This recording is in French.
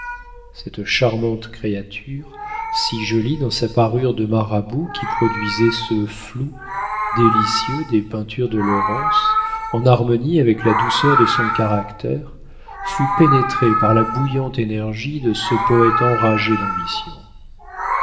cette charmante créature si jolie dans sa parure de marabouts qui produisait ce flou délicieux des peintures de lawrence en harmonie avec la douceur de son caractère fut pénétrée par la bouillante énergie de ce poète enragé d'ambition